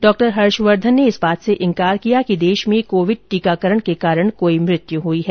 doctor Harshvardhan ने इस बात से इन्कार किया कि देश में कोविड टीकाकरण के कारण कोई मृत्यु हुई है